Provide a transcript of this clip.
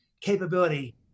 capability